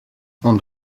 ond